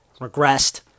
regressed